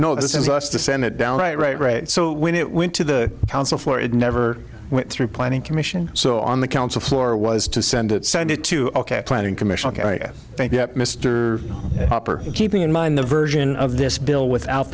know this is us the senate down right right right so when it went to the council floor it never went through planning commission so on the council floor was to send it send it to ok planning commission thank you mr hopper keeping in mind the version of this bill without